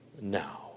now